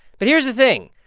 but here's the thing.